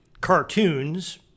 cartoons